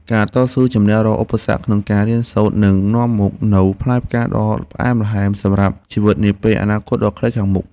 ការតស៊ូជម្នះរាល់ឧបសគ្គក្នុងការរៀនសូត្រនឹងនាំមកនូវផ្លែផ្កាដ៏ផ្អែមល្ហែមសម្រាប់ជីវិតនាពេលអនាគតដ៏ខ្លីខាងមុខ។